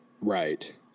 Right